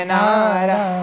Nara